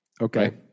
Okay